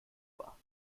war